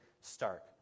stark